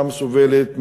היא גם סובלת מאפליה.